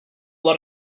lot